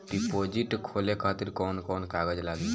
Deposit खोले खातिर कौन कौन कागज लागी?